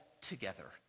together